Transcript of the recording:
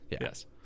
Yes